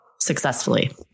successfully